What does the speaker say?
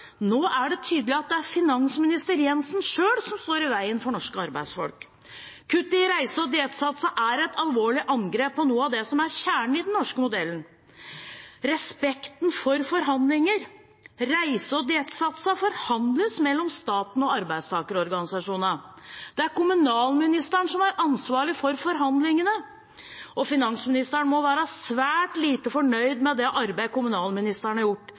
Nå er det tydelig at det er finansminister Jensen selv som står i veien for norske arbeidsfolk. Kutt i reise- og diettsatsene er et alvorlig angrep på noe av det som er kjernen i den norske modellen: respekten for forhandlinger. Reise- og diettsatser forhandles mellom staten og arbeidstakerorganisasjonene. Det er kommunalministeren som er ansvarlig for forhandlingene. Finansministeren må være svært lite fornøyd med det arbeidet kommunalministeren har gjort,